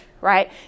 Right